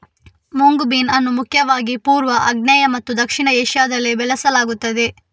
mung bean ಅನ್ನು ಮುಖ್ಯವಾಗಿ ಪೂರ್ವ, ಆಗ್ನೇಯ ಮತ್ತು ದಕ್ಷಿಣ ಏಷ್ಯಾದಲ್ಲಿ ಬೆಳೆಸಲಾಗುತ್ತದೆ